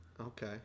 Okay